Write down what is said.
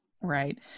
Right